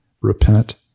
Repent